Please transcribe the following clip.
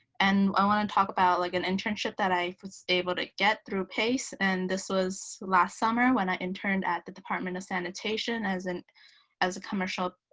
and i want to talk about like an internship that i was able to get through pace. and this was last summer when i interned at the department of sanitation as and as a commercial